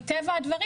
מטבע הדברים